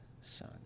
Son